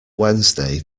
wednesday